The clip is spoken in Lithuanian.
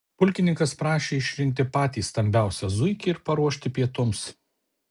pulkininkas prašė išrinkti patį stambiausią zuikį ir paruošti pietums